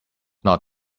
not